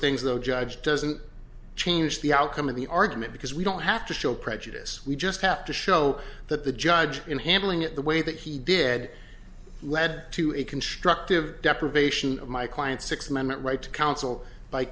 things the judge doesn't change the outcome of the argument because we don't have to show prejudice we just have to show that the judge in handling it the way that he did led to a constructive deprivation of my client's sixth amendment right to counsel by